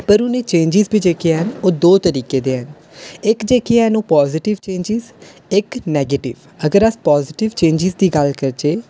पर उ'नें चेंज बी जेह्के हैन ओह् दो तरीकै दे हैन इक जेह्की हैन ओह् पाजिटव चेंज इक नेगैटिव अगर अस पाजिटव चेंजें दी गल्ल करचै